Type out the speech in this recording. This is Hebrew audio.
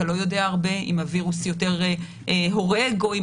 אתה לא יודע הרבה אם הווירוס יותר הורג או אם